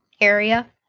area